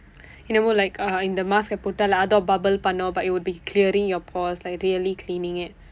என்னமோ:ennamoo like uh இந்த:indtha mask eh போட்டால் அது:potdaal athu bubble பண்ணும்:pannum but it would be clearing your pores like really cleaning it